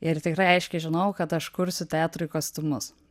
ir tikrai aiškiai žinojau kad aš kursiu teatrui kostiumus